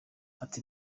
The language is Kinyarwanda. ati